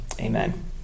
amen